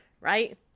right